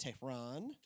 Tehran